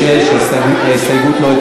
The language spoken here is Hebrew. ההסתייגויות.